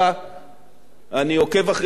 אני עוקב אחר התקשורת כשר אוצר,